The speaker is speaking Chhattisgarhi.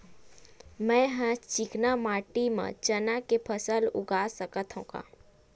मै ह चिकना माटी म चना के फसल उगा सकथव का?